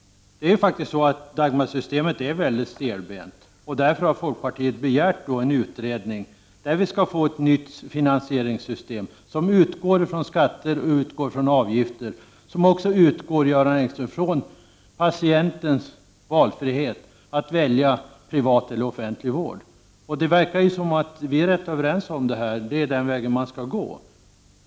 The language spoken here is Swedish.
Dagmarsystemet är mycket stelbent. Det är därför som folkpartiet har begärt en utredning som skall komma med förslag till ett nytt finansieringssystem som utgår från skatter och avgifter och som också utgår — Göran Engström — från patientens valfrihet att välja privat eller offentlig vård. Det verkar som om vi vore rätt överens om att det är den här vägen man skall gå.